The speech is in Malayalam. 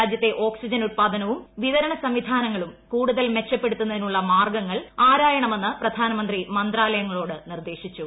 രാജ്യഉത്ത് ഓക്സിജൻ ഉത്പാദനവും വിതരണ സംവിധാനങ്ങളും കൂടുതൽ മെച്ചപ്പെടുത്തുന്നതിനുള്ള മാർഗ്ഗങ്ങൾ ആരായണമെന്ന് പ്രധാനമന്ത്രി മന്ത്രാലയങ്ങളോട് നിർദ്ദേശിച്ചു